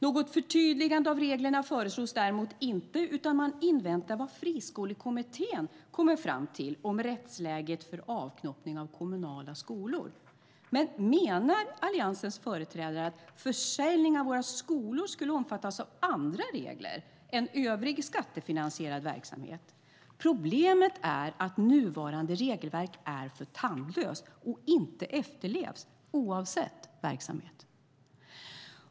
Något förtydligande av reglerna föreslås däremot inte, utan man inväntar vad Friskolekommittén kommer fram till om rättsläget för avknoppning av kommunala skolor. Menar Alliansens företrädare att försäljning av våra skolor skulle omfattas av andra regler än övrig skattefinansierad verksamhet? Problemet är att nuvarande regelverk är för tandlöst och inte efterlevs, oavsett verksamhet.